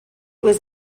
was